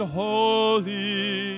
holy